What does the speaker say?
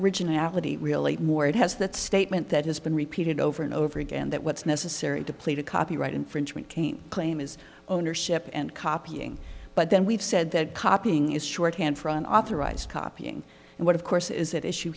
originality really more it has that statement that has been repeated over and over again that what's necessary to play to copyright infringement came claim is ownership and copying but then we've said that copying is shorthand for an authorised copying and what of course is at issue